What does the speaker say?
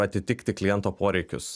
atitikti kliento poreikius